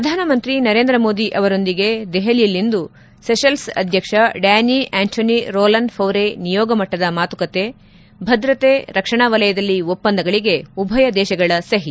ಪ್ರಧಾನಮಂತ್ರಿ ನರೇಂದ್ರ ಮೋದಿ ಅವರೊಂದಿಗೆ ದೆಹಲಿಯಲ್ಲಿಂದು ಸೆಶಲ್ಸ್ ಅಧ್ಯಕ್ಷ ಡ್ಡಾನ್ನಿ ಆಂಟೋನಿ ರೋಲ್ಲನ್ ಫೌರೆ ನಿಯೋಗಮಟ್ಟದ ಮಾತುಕತೆ ಭದ್ರತೆ ರಕ್ಷಣಾ ವಲಯದಲ್ಲಿ ಒಪ್ಪಂದಗಳಗೆ ಉಭಯ ದೇಶಗಳ ಸಹಿ